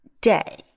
day